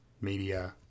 media